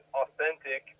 authentic